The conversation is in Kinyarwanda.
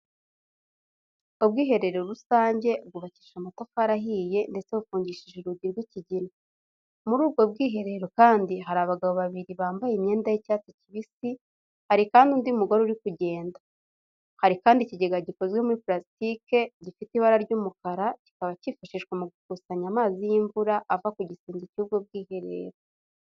Ubwiherero rusange bwubakishije amatafari ahiye ndetse bufungishije urugi rw'ikigina. Muri ubwo bwiherero kandi hari abagabo babiri bambaye imyenda y'icyatsi kibisi, hari kandi undi mugabo uri kugenda. Hari kandi ikigega gikozwe muri purasitike, gifite ibara ry'umukara, kikaba cyifashishwa mu gukusanya amazi y'imvura ava ku gisenge cy'ubwo bwiherero.